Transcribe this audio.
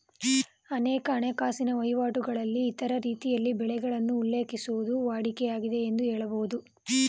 ಅನೇಕ ಹಣಕಾಸಿನ ವಹಿವಾಟುಗಳಲ್ಲಿ ಇತರ ರೀತಿಯಲ್ಲಿ ಬೆಲೆಗಳನ್ನು ಉಲ್ಲೇಖಿಸುವುದು ವಾಡಿಕೆ ಆಗಿದೆ ಎಂದು ಹೇಳಬಹುದು